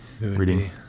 reading